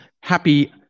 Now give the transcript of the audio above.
happy